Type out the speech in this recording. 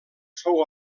fou